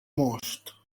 most